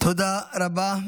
תודה רבה.